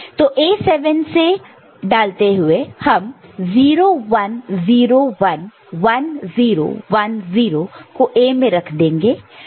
तो A7 से डालते हुए हम 0 1 0 1 1 0 1 0 को A मैं रख देंगे